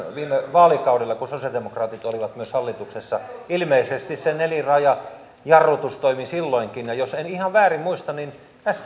vaalikaudellakin kun sosialidemok raatit olivat myös hallituksessa ilmeisesti se neliraajajarrutus toimi silloinkin ja jos en ihan väärin muista niin